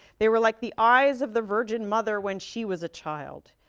they were like the eyes of the virgin mother when she was a child.